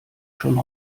schon